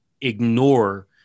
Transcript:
ignore